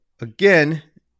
again